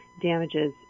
Damages